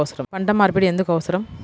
పంట మార్పిడి ఎందుకు అవసరం?